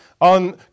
on